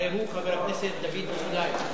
הרי הוא חבר הכנסת דוד אזולאי.